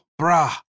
brah